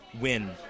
win